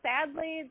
Sadly